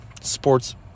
sports